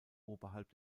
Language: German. oberhalb